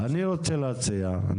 אני רוצה להציע,